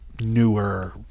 newer